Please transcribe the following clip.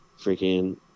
freaking